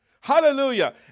Hallelujah